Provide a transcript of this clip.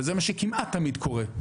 וזה מה שכמעט תמיד קורה,